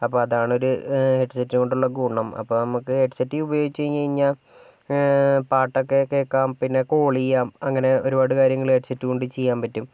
അപ്പം അതാണ് ഒരു ഹെഡ് സെറ്റ് കൊണ്ടുള്ള ഗുണം അപ്പം നമുക്ക് ഹെഡ് സെറ്റ് ഉപയോഗിച്ച് കഴിഞ്ഞ് കഴിഞ്ഞാൽ പാട്ടൊക്കെ കേൾക്കാം പിന്നെ കോൾ ചെയ്യാം അങ്ങനെ ഒരുപാട് കാര്യങ്ങള് ഹെഡ്സെറ്റ് കൊണ്ട് ചെയ്യാൻ പറ്റും